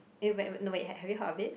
eh but wait no ha~ have you heard of it